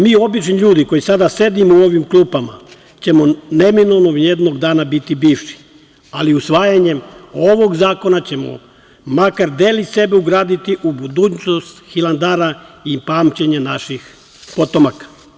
Mi obični ljudi koji sada sedimo u ovim klupama ćemo neminovno jednog dana biti bivši, ali usvajanjem ovog zakona ćemo makar delić sebe ugraditi u budućnost Hilandara i pamćenje naših potomaka.